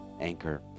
Anchor